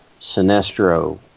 Sinestro